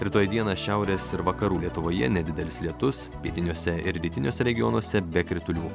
rytoj dieną šiaurės ir vakarų lietuvoje nedidelis lietus pietiniuose ir rytiniuose regionuose be kritulių